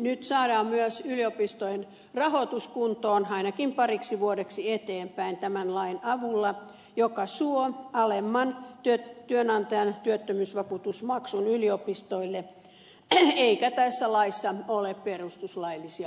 nyt saadaan myös yliopistojen rahoitus kuntoon ainakin pariksi vuodeksi eteenpäin tämän lain avulla joka suo alemman työnantajan työttömyysvakuutusmaksun yliopistoille eikä tässä laissa ole perustuslaillisia ongelmia